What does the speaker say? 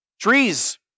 Trees